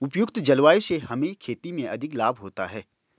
उपयुक्त जलवायु से हमें खेती में अधिक लाभ होता है